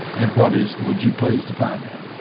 and what is would you please define that?